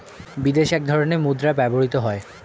বিদেশে এক ধরনের মুদ্রা ব্যবহৃত হয়